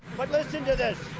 but listen to this.